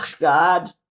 god